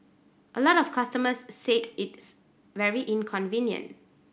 a lot of customers said it's very inconvenient